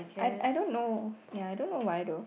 I I don't know ya I don't know why though